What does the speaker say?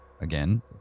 Again